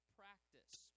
practice